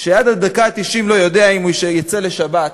שעד הדקה התשעים לא יודע אם הוא יצא לשבת,